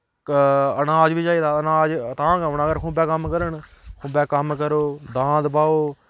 क अनाज बी चाहिदा अनाज तां गै औना अगर खुम्बे दा कम्म करन खुम्बै कम्म करो दांद बाहो